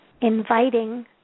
inviting